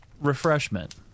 refreshment